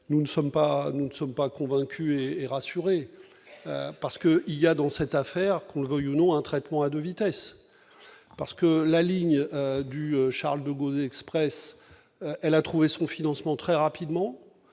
nous ne sommes pas. Convaincu et rassuré parce que il y a dans cette affaire, qu'on le veuille ou non un traitement à 2 vitesses, parce que la ligne du Charles-de-Gaulle Express, elle a trouvé son financement très rapidement,